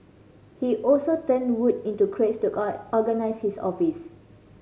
he also turned wood into crates to organise his office